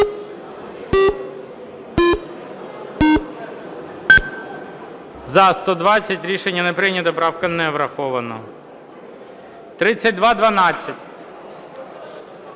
За-121 Рішення не прийнято. Правка не врахована. 3358.